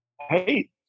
Hey